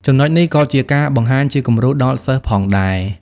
ចំណុចនេះក៏ជាការបង្ហាញជាគំរូដល់សិស្សផងដែរ។